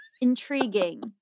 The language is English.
intriguing